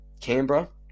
Canberra